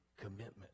commitment